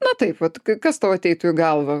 na taip vat kas tau ateitų į galvą